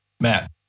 Matt